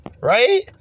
right